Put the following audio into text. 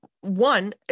One